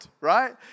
right